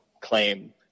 claim